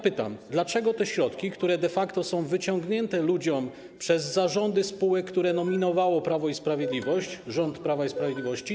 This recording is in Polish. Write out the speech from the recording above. Pytam, dlaczego te środki, które de facto są wyciągnięte ludziom przez zarządy spółek, które nominowało Prawo i Sprawiedliwość, rząd Prawa i Sprawiedliwości.